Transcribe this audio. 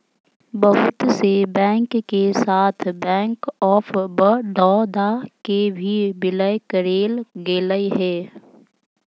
बहुत से बैंक के साथ बैंक आफ बडौदा के भी विलय करेल गेलय हें